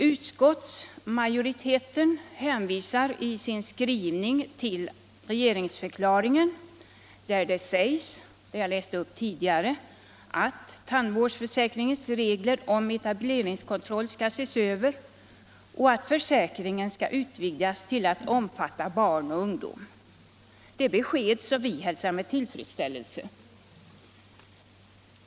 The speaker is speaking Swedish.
Utskottsmajoriteten hänvisar i sin skrivning till regeringsdeklarationen, där det alltså som jag tidigare nämnde sägs att tandvårdsförsäkringens regler om etableringskontroll skall ses över och att försäkringen skall utvidgas till att omfatta även barn och ungdom. Det är besked som vi hälsar med tillfredsställelse.